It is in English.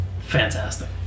fantastic